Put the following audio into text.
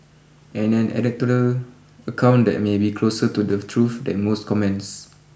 and an anecdotal account that may be closer to the truth than most comments